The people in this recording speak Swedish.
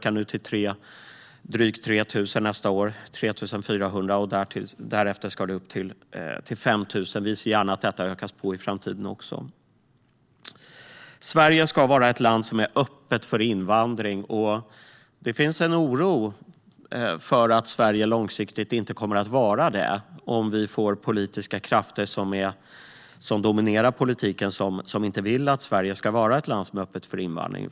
Antalet ökar till 3 400 nästa år, och därefter ska det upp till 5 000. Vi ser gärna att detta ökas på i framtiden. Sverige ska vara ett land som är öppet för invandring. Det finns en oro för att Sverige långsiktigt inte kommer att vara detta om vi får dominerande politiska krafter som inte vill att Sverige ska vara ett land som är öppet för invandring.